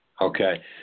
Okay